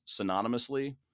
synonymously